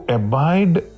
abide